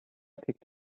picked